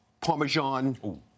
parmesan